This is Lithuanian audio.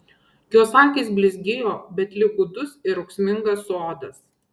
jos akys blizgėjo bet lyg gūdus ir ūksmingas sodas